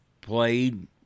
played